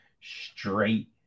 straight